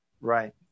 Right